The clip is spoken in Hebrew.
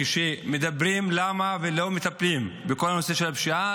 כשמדברים למה לא מטפלים בכל הנושא של הפשיעה,